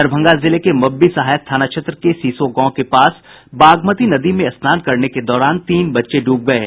दरभंगा जिले के मवी सहायक थाना क्षेत्र के सीसो गांव के पास बागमती नदी में स्नान करने के दौरान तीन बच्चे डूब गये